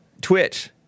Twitch